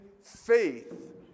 faith